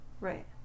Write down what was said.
Right